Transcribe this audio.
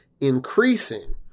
increasing